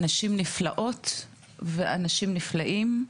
אנשים נפלאות ואנשים נפלאים.